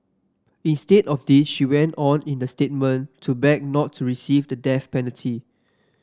instead of this she went on in the statement to beg not to receive the death penalty